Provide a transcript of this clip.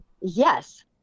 Yes